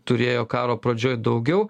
turėjo karo pradžioj daugiau